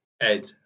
Ed